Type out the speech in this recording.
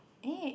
A